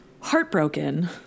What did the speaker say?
Heartbroken